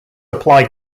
apply